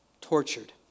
tortured